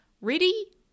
Ready